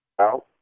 out